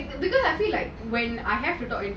பரவலா விடு:paravala vidu